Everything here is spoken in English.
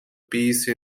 peace